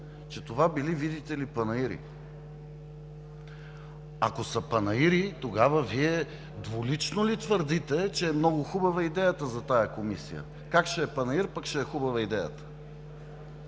че това били, видите ли, панаири. Ако са панаири, тогава Вие двулично ли твърдите, че е много хубава идеята за тази комисия. Как ще е панаир, пък ще е хубава идеята?